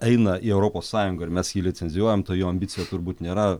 eina į europos sąjungą ir mes jį licencijuojam tai jo ambicijos turbūt nėra